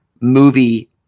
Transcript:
movie